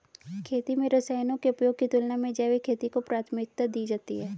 खेती में रसायनों के उपयोग की तुलना में जैविक खेती को प्राथमिकता दी जाती है